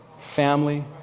Family